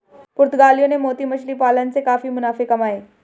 पुर्तगालियों ने मोती मछली पालन से काफी मुनाफे कमाए